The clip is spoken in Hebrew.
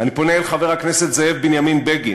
אני פונה אל חבר הכנסת זאב בנימין בגין,